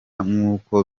nk’uko